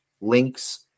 links